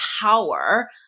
power